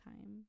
time